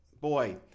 boy